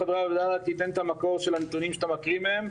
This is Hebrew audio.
רק תתן את המקור של הנתונים שאתה מקריא מהם,